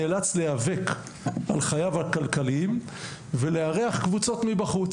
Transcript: נאלץ להיאבק על חייו הכלכליים ולארח קבוצות מבחוץ,